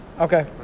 Okay